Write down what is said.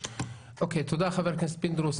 תודה, חבר הכנסת פינדרוס.